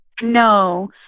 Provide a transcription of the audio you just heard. No